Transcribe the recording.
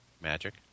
Magic